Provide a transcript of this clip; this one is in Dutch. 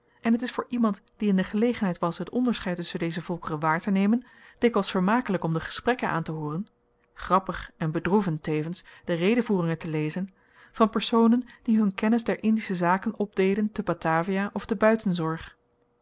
en t is voor iemand die in de gelegenheid was t onderscheid tusschen deze volkeren waartenemen dikwyls vermakelyk om de gesprekken aantehooren grappig en bedroevend tevens de redevoeringen te lezen van personen die hun kennis der indische zaken opdeden te batavia of